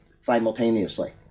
Simultaneously